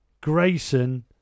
Grayson